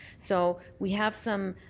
so we have some